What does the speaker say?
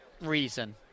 reason